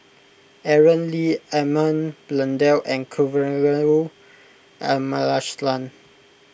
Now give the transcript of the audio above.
Aaron Lee Edmund Blundell and Kavignareru Amallathasan